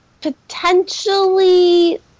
potentially